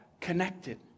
connected